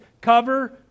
cover